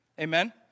Amen